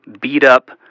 beat-up